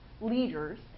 leaders